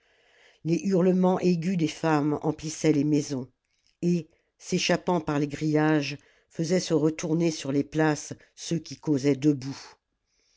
les hurlements aigus des femmes emplissaient les maisons et s'échappant par les grillages faisaient se retourner sur les places ceux qui causaient debout